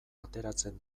ateratzen